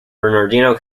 bernardino